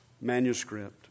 manuscript